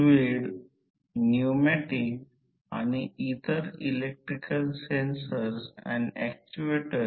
तर R e 2 प्रति unit unit दर मिळेलcos ∅ 2 X e 2 प्रति sin ∅ 2